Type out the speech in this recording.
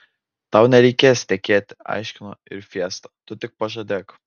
tau nereikės tekėti aiškino ir fiesta tu tik pažadėk